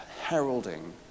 heralding